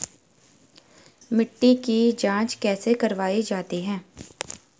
मिट्टी की जाँच कैसे करवायी जाती है?